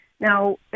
Now